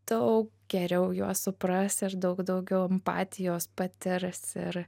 daug geriau juos supras ir daug daugiau empatijos patirs ir